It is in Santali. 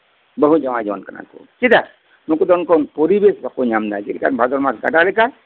ᱵᱟᱹᱦᱩ ᱡᱟᱣᱟᱭ ᱡᱚᱝ ᱠᱟᱱᱟ ᱠᱚ ᱪᱮᱫᱟᱜ ᱥᱮ ᱩᱱᱠᱩ ᱫᱚ ᱯᱚᱨᱤᱵᱮᱥ ᱵᱟᱠᱚ ᱧᱟᱢ ᱮᱫᱟ ᱵᱷᱟᱫᱚᱨ ᱢᱟᱥ ᱜᱟᱰᱟ ᱞᱮᱠᱟ ᱢᱟᱱᱮ